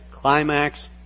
climax